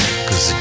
cause